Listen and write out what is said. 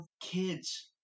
kids